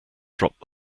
dropped